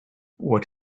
what